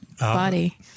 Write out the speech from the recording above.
Body